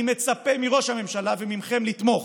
אני מצפה מראש הממשלה ומכם לתמוך.